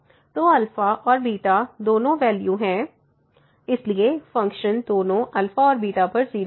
तो α और β दोनों वैल्यू हैं इसलिए फंक्शन दोनों α और β पर 0 होगा